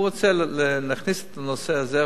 רוצה להכניס את הנושא הזה.